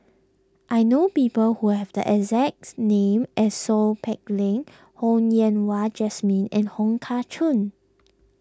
I know people who have the exacts name as Seow Peck Leng Ho Yen Wah Jesmine and Wong Kah Chun